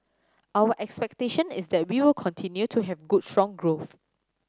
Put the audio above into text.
our expectation is that we w'll continue to have good strong growth